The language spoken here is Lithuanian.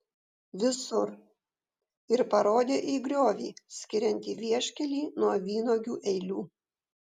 visur ir parodė į griovį skiriantį vieškelį nuo vynuogių eilių